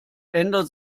ändert